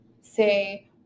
say